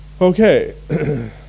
okay